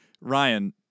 Ryan